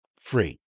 free